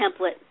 template